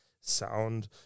sound